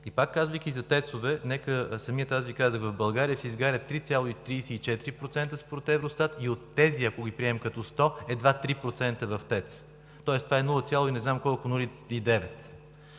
И пак, казвайки за ТЕЦ-ове, самият аз Ви казах: в България се изгарят 3,34% според Евростат и от тези, ако ги приемем като 100, едва 3% в ТЕЦ. Тоест това е нула